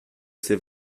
c’est